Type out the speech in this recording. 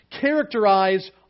characterize